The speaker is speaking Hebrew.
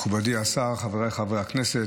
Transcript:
מכובדי השר, חבריי חברי הכנסת,